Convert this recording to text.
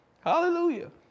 Hallelujah